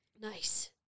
Nice